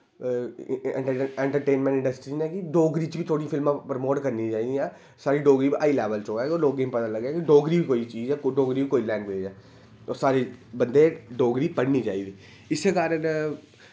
entertainment industry ने गी डोगरी च बी थोह्ड़ी फिल्मां प्रमोट करनियां चाहिदियां साढ़ी डोगरी बी हाई लैवल च अवै ते होर लोगें बी पता लग्गै कि डोगरी बी कोई चीज ऐ डोगरी बी कोई लैंगवेज ऐ सारें बंदे डोगरी पढ़नी चाहिदी इस्सै कारन